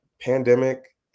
pandemic